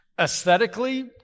Aesthetically